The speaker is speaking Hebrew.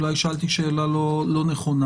אולי שאלתי שאלה לא נכונה.